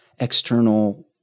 external